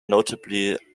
notably